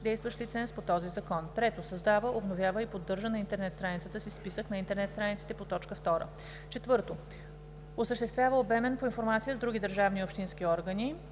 действащ лиценз по този закон; 3. създава, обновява и поддържа на интернет страницата си списък на интернет страниците по т. 2; 4. осъществява обмен на информация с други държавни и общински органи;